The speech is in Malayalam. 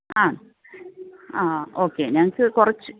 ആ ആ ഓക്കേ ഞങ്ങൾക്ക് കുറച്ച്